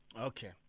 Okay